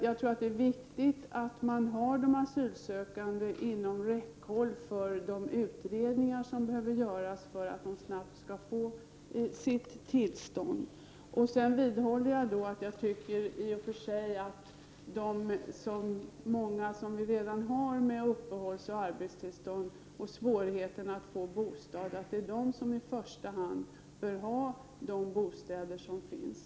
Jag tror att det är viktigt att man har de asylsökande inom räckhåll för de utredningar som behöver göras, för att de snabbt skall få sitt tillstånd. Jag vidhåller att jag tycker att alla de som redan har fått uppehållsoch arbetstillstånd och har svårigheter att få bostad i första hand bör få de bostäder som finns.